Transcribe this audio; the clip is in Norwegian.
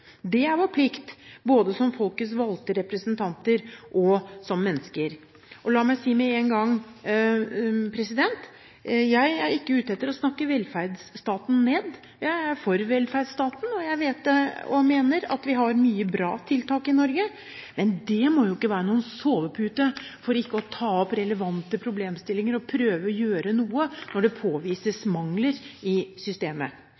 Det er vår plikt, både som folkets valgte representanter, og som mennesker. Og la meg si med en gang: Jeg er ikke ute etter å snakke velferdsstaten ned. Jeg er for velferdsstaten. Jeg mener også at vi har mange bra tiltak i Norge, men det må ikke være noen sovepute for ikke å ta opp relevante problemstillinger og prøve å gjøre noe når det påvises mangler i systemet.